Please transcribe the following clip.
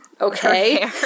okay